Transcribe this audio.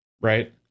Right